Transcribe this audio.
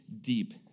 deep